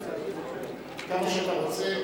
כמה שאתה רוצה.